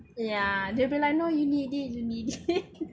ya they'll be like no you need it you need it